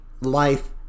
life